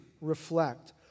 reflect